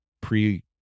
pre